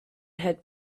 had